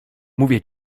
mówię